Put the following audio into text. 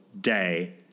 day